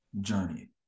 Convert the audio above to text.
journey